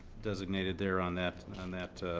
designated there on that and that